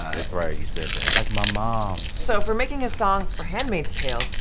that's right. you said that. like my mom. so for making a song for handmaid's tale,